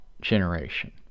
generation